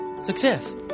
success